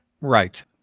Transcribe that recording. right